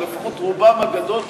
או לפחות רובם הגדול,